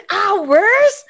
hours